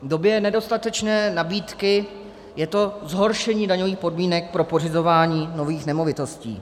V době nedostatečné nabídky je to zhoršení daňových podmínek pro pořizování nových nemovitostí.